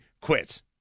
quit